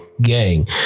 Gang